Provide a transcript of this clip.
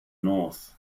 north